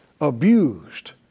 abused